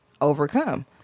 overcome